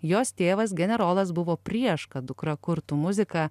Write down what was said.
jos tėvas generolas buvo prieš kad dukra kurtų muziką